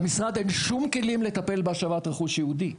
למשרד אין שום כלים לטפל בהשבת רכוש יהודי.